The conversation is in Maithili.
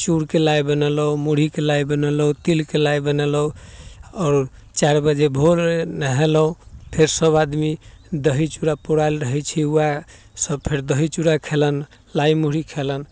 चूड़के लाइ बनेलहुँ मुरहीके लाइ बनेलहुँ तिलके लाइ बनेलहुँ आओर चारि बजे भोरे नहेलहुँ फेर सभ आदमी दही चूड़ा पौड़ैल रहै छै वएह सभ फेर दही चूड़ा खेलनि लाइ मुरही खेलनि